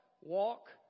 walk